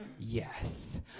Yes